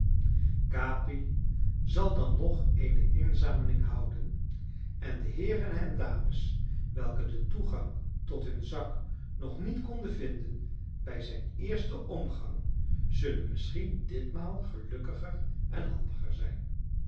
capi zal dan nog eene inzameling houden en de heeren en dames welke den toegang tot hun zak nog niet konden vinden bij zijn eersten omgang zullen misschien ditmaal gelukkiger en handiger zijn